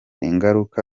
ingaruka